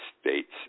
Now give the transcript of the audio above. States